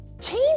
Change